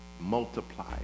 Multiply